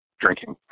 drinking